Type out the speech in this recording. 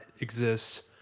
exists